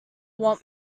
want